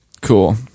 cool